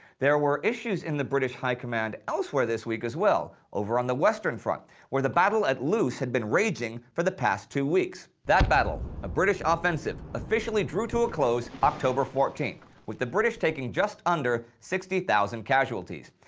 there were issues in the british high command elsewhere this week as well, over on the western front where the battle at looks had been raging for the past two weeks. that battle, a british offensive, officially drew to a close october fourteenth with the british taking just under sixty thousand casualties.